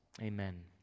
Amen